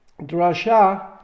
drasha